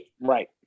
right